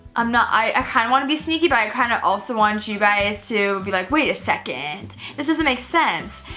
um i kind of want to be sneaky but i kind of also want you guys to be like wait a second, this doesn't make sense.